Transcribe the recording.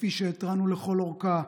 כפי שהתרענו לכל אורכה,